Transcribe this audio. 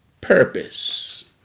purpose